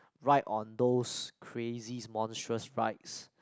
ride on those crazy monstrous rides